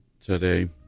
today